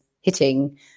hitting